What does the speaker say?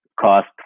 cost